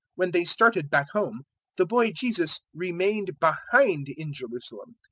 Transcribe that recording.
when they started back home the boy jesus remained behind in jerusalem.